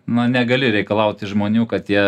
na negali reikalaut iš žmonių kad jie